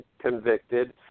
convicted